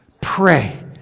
pray